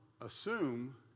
assume